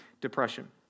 depression